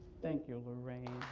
thank you, laraine.